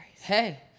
hey